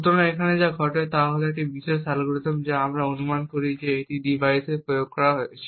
সুতরাং এখানে যা ঘটে তা হল এই বিশেষ অ্যালগরিদম যা আমরা অনুমান করি যে একটি ডিভাইসে প্রয়োগ করা হয়েছে